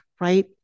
right